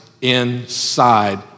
inside